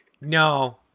No